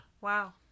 Wow